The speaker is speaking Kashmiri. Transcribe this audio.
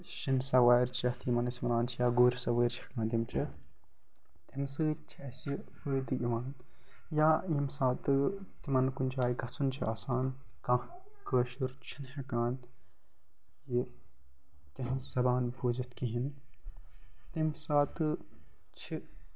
شِنہٕ سَوار چٮ۪تھ یِمَن أسۍ وَنان چھِ یا گُرۍ سَوٲر چھِ ہٮ۪کان تِم چٮ۪تھ تَمۍ سۭتۍ چھِ اَسہِ فٲیِدٕ یِوان یا ییٚمہِ ساتہٕ تِمَن کُنہِ جایہِ گَژھُن چھِ آسان کانٛہہ کٲشُر چھِنہٕ ہٮ۪کان یہِ تِہٕنٛز زبان بوٗزِتھ کِہیٖنۍ تَمہِ ساتہٕ چھِ